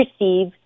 receive